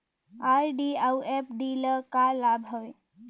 RD अऊ FD ल का लाभ हवे?